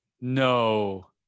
no